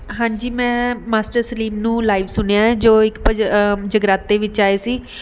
ਹਾਂਜੀ ਮੈਂ ਮਾਸਟਰ ਸਲੀਮ ਨੂੰ ਲਾਈਵ ਸੁਣਿਆ ਹੈ ਜੋ ਇੱਕ ਭਜ ਜਗਰਾਤੇ ਵਿੱਚ ਆਏ ਸੀ